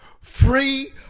Free